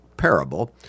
parable